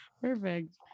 Perfect